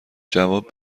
جواب